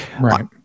right